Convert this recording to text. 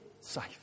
safe